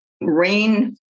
Rain